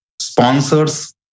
sponsors